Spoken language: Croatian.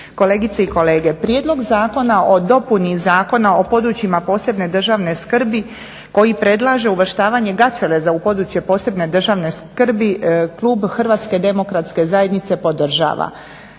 kolegice i kolege. Prijedlog Zakona o dopuni Zakona o područjima posebne državne skrbi koji predlaže uvrštavanje Gaćeleza u područje posebne državne skrbi klub HDZ-a podražava i ne može